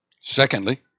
Secondly